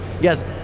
Yes